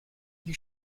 you